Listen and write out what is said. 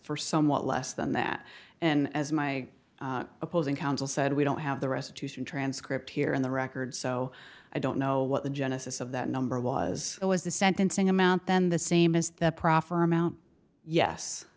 for somewhat less than that and as my opposing counsel said we don't have the restitution transcript here in the record so i don't know what the genesis of that number was it was the sentencing amount then the same as the proffer amount yes